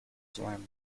slam